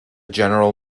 general